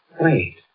Wait